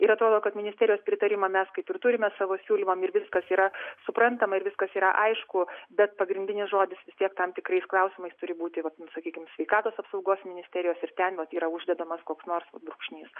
ir atrodo kad ministerijos pritarimą mes kaip ir turime savo siūlymam ir viskas yra suprantama ir viskas yra aišku bet pagrindinis žodis vis tiek tam tikrais klausimais turi būti va sakykim sveikatos apsaugos ministerijos ir ten vat yra uždedamas koks nors vat brūkšnys